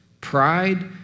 Pride